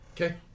Okay